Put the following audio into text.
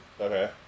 Okay